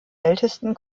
ältesten